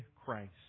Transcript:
Christ